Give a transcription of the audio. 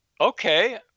Okay